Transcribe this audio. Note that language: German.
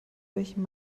welchem